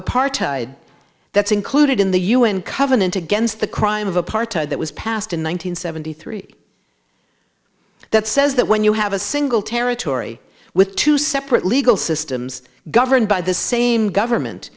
apartheid that's included in the un covenant against the crime of apartheid that was passed in one thousand nine hundred seventy three that says that when you have a single territory with two separate legal systems governed by the same government